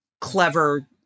clever